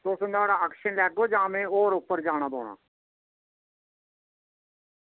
तुस ओह्दा एक्शन लैगे जां में होर उप्पर जाना पौना